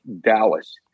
Dallas